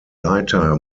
lighter